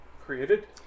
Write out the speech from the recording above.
created